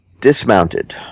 dismounted